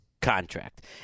contract